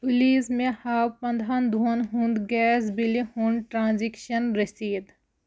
please مےٚ ہاو پنٛدہَن دۄہن ہُنٛد گیس بِلہِ ہُنٛد ٹرانزیکشن رٔسیٖد